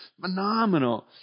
Phenomenal